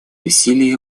усилия